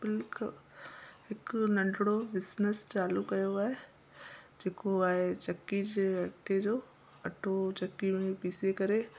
bill क हिकु नंढिणो बिजनिस चालू कयो आहे जेको आहे चक्कीअ जे अट्टे जो अट्टो चक्की में पीसे करे